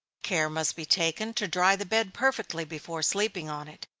care must be taken to dry the bed perfectly, before sleeping on it.